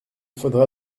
faudra